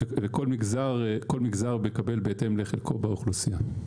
וכל מגזר מקבל בהתאם לחלקו באוכלוסייה.